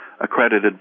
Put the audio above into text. accredited